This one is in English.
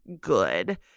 good